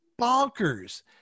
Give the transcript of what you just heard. bonkers